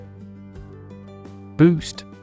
Boost